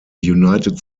united